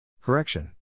Correction